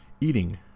eating